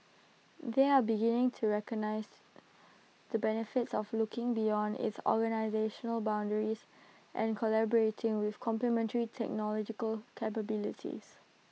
they are beginning to recognise the benefits of looking beyond its organisational boundaries and collaborating with complementary technological capabilities